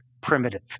primitive